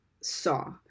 saw